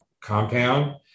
compound